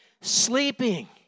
Sleeping